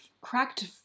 cracked